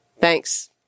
Thanks